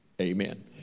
amen